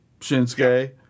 Shinsuke